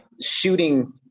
shooting